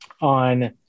on